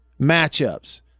matchups